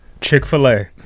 Chick-fil-a